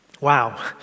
Wow